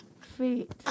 feet